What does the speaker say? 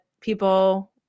people